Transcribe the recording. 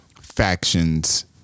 factions